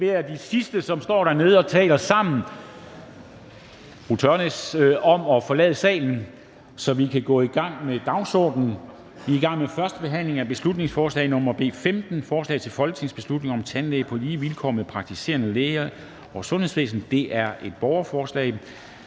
beder de sidste, som står dernede og taler sammen, om at forlade salen, så vi kan gå i gang med dagsordenen. --- Det næste punkt på dagsordenen er: 18) 1. behandling af beslutningsforslag nr. B 15: Forslag til folketingsbeslutning om tandlæger på lige vilkår med praktiserende læger over sundhedsvæsenet (borgerforslag).